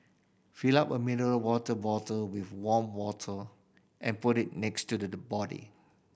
fill up a mineral water bottle with warm water and put it next to the the body